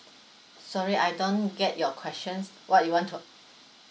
sorry I don't get your questions what you want to